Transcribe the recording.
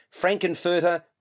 Frankenfurter